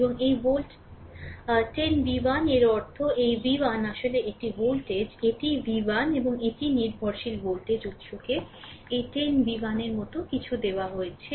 এবং এই volt 10 v1 এর অর্থ এই v1 আসলে এটি ভোল্টেজ এটিই v1 এবং এটি নির্ভরশীল ভোল্টেজ উত্সকে এই 10 v1 এর মতো কিছু দেওয়া হয়েছে